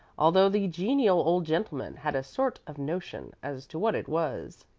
although the genial old gentleman had a sort of notion as to what it was.